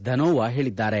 ಧನೋವಾ ಹೇಳಿದ್ದಾರೆ